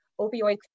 opioid